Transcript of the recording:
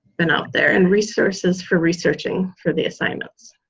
been out there and resources for researching for the assignments.